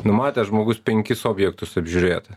numatęs žmogus penkis objektus apžiūrėt